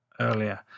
earlier